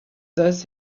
this